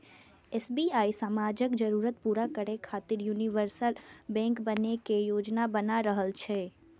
SBI समाजक जरूरत पूरा करै खातिर यूनिवर्सल बैंक बनै के योजना बना रहल छै